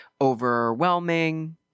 overwhelming